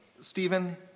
Stephen